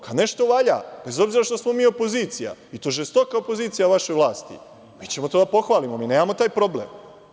Kada nešto valja, bez obzira što smo mi opozicija i to žestoka opozicija vašoj vlasti, mi ćemo to da pohvalimo, mi nemamo taj problem.